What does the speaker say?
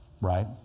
right